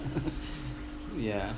ya